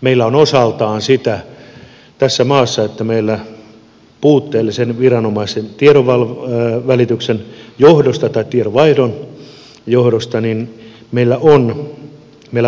meillä on osaltaan sitä tässä maassa että meillä puutteellisen viranomaisten tiedonvaihdon johdosta